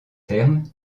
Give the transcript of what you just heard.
terme